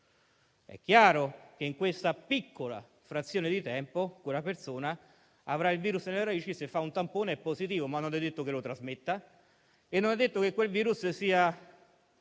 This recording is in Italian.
È chiaro che, in quella piccola frazione di tempo, quella persona avrà il virus nelle narici e, se farà un tampone, risulterà positiva; ma non è detto che lo trasmetta e non è detto che quel virus sia